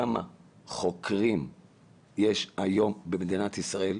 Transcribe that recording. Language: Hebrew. כמה חוקרים יש היום במדינת ישראל?